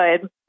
good